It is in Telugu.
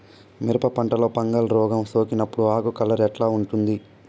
మిరప పంటలో ఫంగల్ రోగం సోకినప్పుడు ఆకు కలర్ ఎట్లా ఉంటుంది?